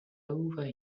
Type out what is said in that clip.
over